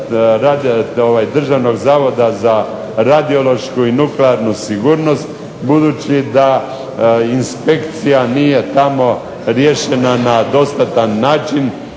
Državnog zavoda za radiološku i nuklearnu sigurnost, budući da inspekcija nije tamo riješena na dostatan način